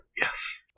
yes